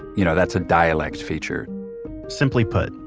you know that's a dialect feature simply put,